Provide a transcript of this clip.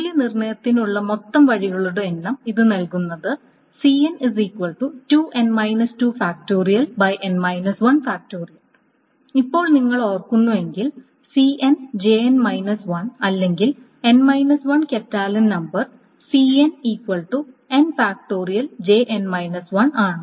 മൂല്യനിർണ്ണയത്തിനുള്ള മൊത്തം വഴികളുടെ എണ്ണം ഇത് നൽകുന്നത് ഇപ്പോൾ നിങ്ങൾ ഓർക്കുന്നുവെങ്കിൽ Cn Jn 1 അല്ലെങ്കിൽ കാറ്റലൻ നമ്പർ ആണ്